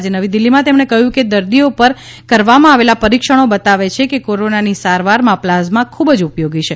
આજે નવી દિલ્હીમાં તેમણે કહ્યું કે દર્દીઓ પર કરવામાં આવેલા પરીક્ષણો બતાવે છે કે કોરોનાની સારવારમાં પ્લાઝમા ખૂબ જ ઉપયોગી છે